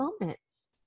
moments